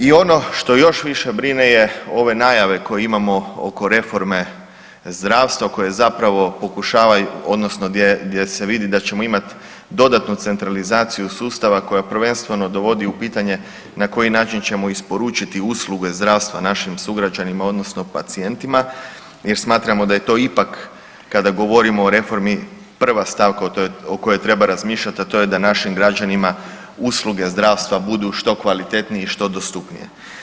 I ono što još više brine je ove najave koje imamo oko reforme zdravstva koje zapravo pokušavaju odnosno gdje, gdje se vidi da ćemo imat dodatnu centralizaciju sustava koja prvenstveno dovodi u pitanje na koji način ćemo isporučiti usluge zdravstva našim sugrađanima odnosno pacijentima jer smatramo da je to ipak kada govorimo o reformi prva stavka o kojoj treba razmišljat, a to je da našim građanima usluge zdravstva budu što kvalitetnije i što dostupnije.